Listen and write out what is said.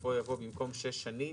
בסופו יבוא: במקום שש שנים,